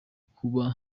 kuba